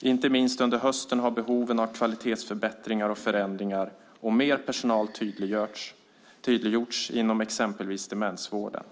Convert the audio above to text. Inte minst under hösten har behoven av kvalitetsförbättringar, förändringar och mer personal tydliggjorts inom exempelvis demensvården.